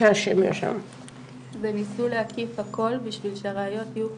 שהאשם יואשם וניסו להקיף הכול בשביל שהראיות יהיו חותכות,